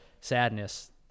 sadness